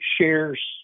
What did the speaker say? shares